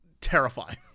terrifying